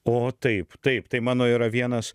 o taip taip tai mano yra vienas